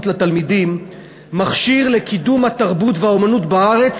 לתלמידים מכשיר לקידום התרבות והאמנות בארץ,